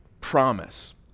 promise